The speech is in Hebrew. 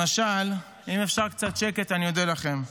אם אפשר קצת שקט, אני אודה לכם.